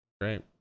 great